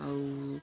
ଆଉ